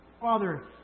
Father